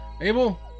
Abel